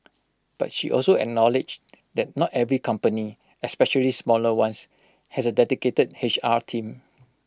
but she also acknowledged that not every company especially smaller ones has A dedicated H R team